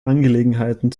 angelegenheiten